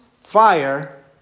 fire